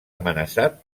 amenaçat